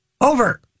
over